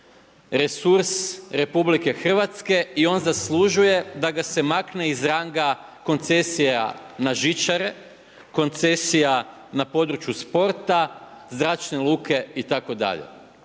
resurs RH i on zaslužuje da ga se makne iz ranga koncesija na žičare, koncesija na području sporta, zračne luke itd.